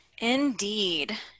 indeed